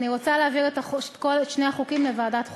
אני רוצה להעביר את שני החוקים לוועדת חוקה.